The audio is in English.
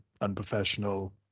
unprofessional